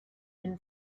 been